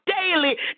daily